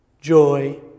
Joy